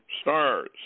stars